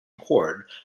chord